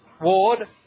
ward